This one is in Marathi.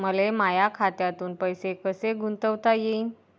मले माया खात्यातून पैसे कसे गुंतवता येईन?